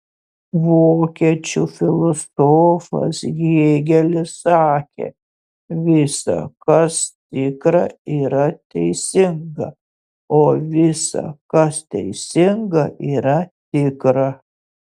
vokiečių filosofas hėgelis sakė visa kas tikra yra teisinga o visa kas teisinga yra tikra